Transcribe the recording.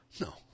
No